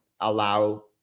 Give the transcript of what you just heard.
allow